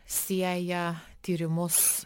sieja tyrimus